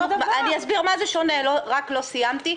אני אסביר מה זה שונה, רק לא סיימתי.